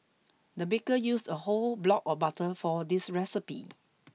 the baker used a whole block of butter for this recipe